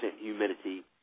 humidity